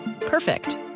Perfect